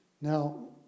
Now